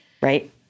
right